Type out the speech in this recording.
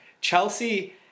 Chelsea